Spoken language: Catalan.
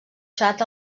xat